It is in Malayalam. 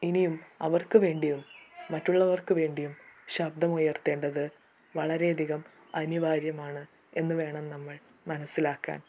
ഇനിയും അവർക്ക് വേണ്ടിയും മറ്റുള്ളവർക്ക് വേണ്ടിയും ശബ്ദമുയർത്തേണ്ടത് വളരെ അധികം അനിവാര്യമാണ് എന്ന് വേണം നമ്മൾ മനസ്സിലാക്കാൻ